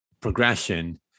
progression